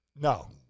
No